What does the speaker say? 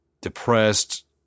depressed